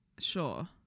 Sure